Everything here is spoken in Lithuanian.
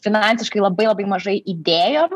finansiškai labai labai mažai įdėjom